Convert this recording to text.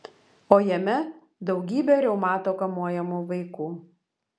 o jame daugybė reumato kamuojamų vaikų